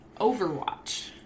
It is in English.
Overwatch